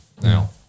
now